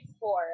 four